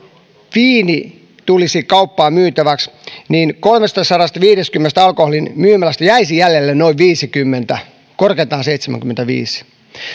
viini tulisi kauppaan myytäväksi niin kolmestasadastaviidestäkymmenestä alkoholimyymälästä jäisi jäljelle noin viisikymmentä korkeintaan seitsemänkymmentäviisi